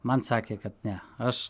man sakė kad ne aš